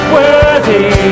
worthy